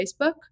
Facebook